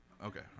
Okay